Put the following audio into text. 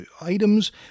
items